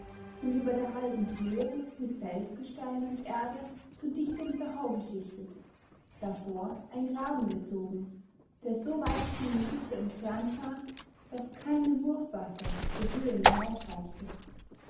und über der halben höhe mit felsgestein und erde zu dichtem verhau geschichtet davor ein graben gezogen der so weit von dem gipfel entfernt war daß keine wurfwaffe zur höhe